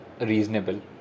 reasonable